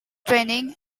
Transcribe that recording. training